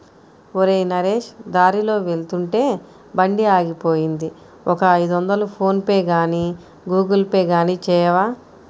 ఒరేయ్ నరేష్ దారిలో వెళ్తుంటే బండి ఆగిపోయింది ఒక ఐదొందలు ఫోన్ పేగానీ గూగుల్ పే గానీ చేయవా